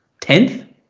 Tenth